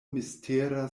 mistera